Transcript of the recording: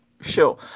sure